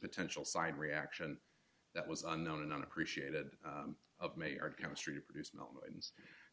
potential side reaction that was unknown and unappreciated of may or chemistry to produce milk